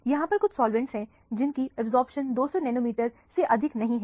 यहां पर कुछ साल्वेंट है जिनकी अब्जॉर्प्शन 200 नैनोमीटर से अधिक नहीं है